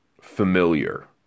familiar